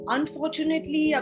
Unfortunately